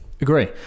Agree